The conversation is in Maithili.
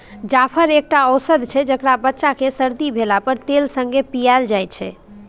जाफर एकटा औषद छै जकरा बच्चा केँ सरदी भेला पर तेल संगे पियाएल जाइ छै